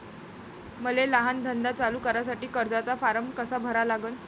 मले लहान धंदा चालू करासाठी कर्जाचा फारम कसा भरा लागन?